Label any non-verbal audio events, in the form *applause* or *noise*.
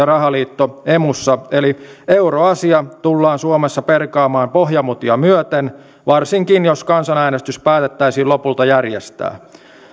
*unintelligible* rahaliitto emussa eli euroasia tullaan suomessa perkaamaan pohjamutia myöten varsinkin jos kansanäänestys päätettäisiin lopulta järjestää